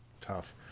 Tough